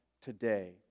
today